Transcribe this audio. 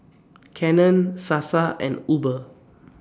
Canon Sasa and Uber